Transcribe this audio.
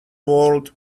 world